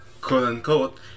quote-unquote